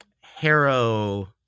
harrow